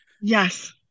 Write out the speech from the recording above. yes